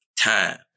time